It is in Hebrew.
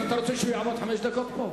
למה?